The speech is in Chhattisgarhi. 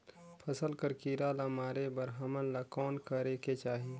फसल कर कीरा ला मारे बर हमन ला कौन करेके चाही?